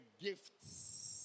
gifts